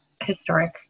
historic